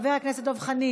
חבר הכנסת דב חנין,